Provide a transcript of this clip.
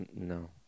no